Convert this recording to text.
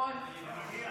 אדוני היושב-ראש,